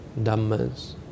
Dhammas